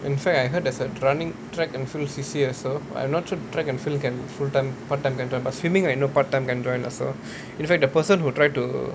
in fact I heard there's a running track and field C_C_A also but I'm not sure track and field can full time part time can join but swimming I know part time can join also in fact the person who tried to